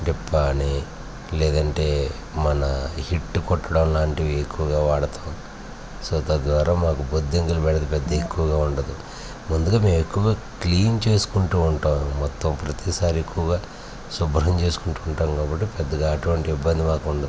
డిప్పా అని లేదంటే మన హిట్ కొట్టడం లాంటివి ఎక్కువగా వాడతాం సో తద్వారా మాకు బొద్దింకల బెడద పెద్ద ఎక్కువగా ఉండదు ముందుగా మేము ఎక్కువగా క్లీన్ చేసుకుంటూ ఉంటాం మొత్తం ప్రతిసారి ఎక్కువగా శుభ్రం చేసుకుంటూ ఉంటాం కాబట్టి పెద్దగా అటువంటిది ఇబ్బంది మాకు ఉండదు